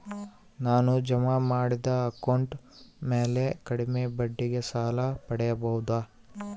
ನಾನು ಜಮಾ ಮಾಡಿದ ಅಕೌಂಟ್ ಮ್ಯಾಲೆ ಕಡಿಮೆ ಬಡ್ಡಿಗೆ ಸಾಲ ಪಡೇಬೋದಾ?